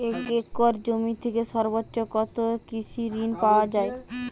এক একর জমি থেকে সর্বোচ্চ কত কৃষিঋণ পাওয়া য়ায়?